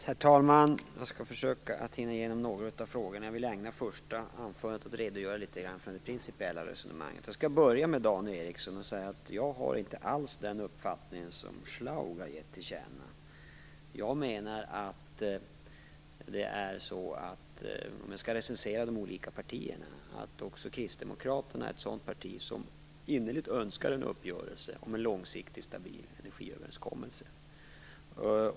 Herr talman! Jag skall försöka hinna med några av frågorna, men först vill jag redogöra litet grand för det principiella resonemanget. Dan Ericsson, jag har inte alls den uppfattning som Birger Schlaug har gett till känna! Också Kristdemokraterna - för att nu recensera de olika partierna - är ett parti som innerligt önskar en uppgörelse om en långsiktig och stabil energiöverenskommelse.